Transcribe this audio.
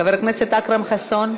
חבר הכנסת אכרם חסון,